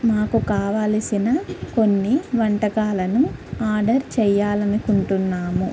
మాకు కావలసిన కొన్ని వంటకాలను ఆర్డర్ చెయ్యాలనుకుంటున్నాము